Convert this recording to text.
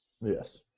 Yes